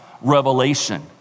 revelation